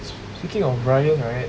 speaking of ryan right